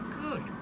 Good